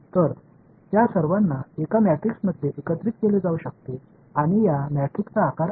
तर त्या सर्वांना एका मॅट्रिक्समध्ये एकत्रित केले जाऊ शकते आणि या मॅट्रिक्सचा आकार आहे